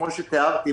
כפי שתיארתי,